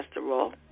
cholesterol